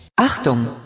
Achtung